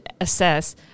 assess